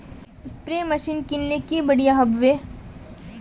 Spray machine किनले की बढ़िया होबवे?